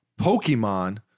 pokemon